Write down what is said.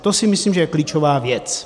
To si myslím, že je klíčová věc.